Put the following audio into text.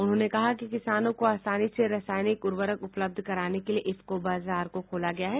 उन्होंने कहा कि किसानों को आसानी से रासायनिक उर्वरक उपलब्ध कराने के लिये इफको बाजार को खोला गया है